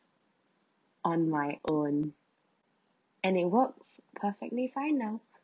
on my own and it works perfectly fine now